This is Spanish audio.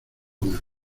una